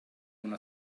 una